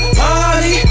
party